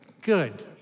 Good